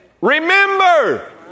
remember